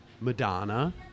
Madonna